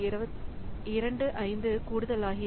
25 கூடுதல் ஆகிறது